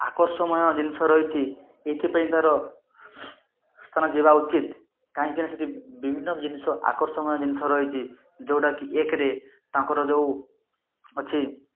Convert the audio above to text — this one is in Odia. ଆକର୍ଷମୟ ଜିନିଷ ରହିଛି ଏଇଥିପାଇଁ ତାର ସ୍ଥାନ ଯିବା ଉଚିତ କାହିଁକିନା ସେଇଠି ବିଭିନ୍ନ ଜିନିଷ ଆକର୍ଷମୟ ଜିନିଷ ରହିଛି ଯେଉଁଟାକି ଏକେରେ ତାଙ୍କର ଯେଉଁ ଅଛି